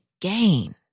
gain